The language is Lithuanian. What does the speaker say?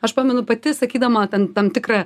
aš pamenu pati sakydama ten tam tikrą